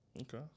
Okay